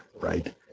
right